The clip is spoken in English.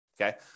okay